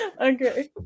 Okay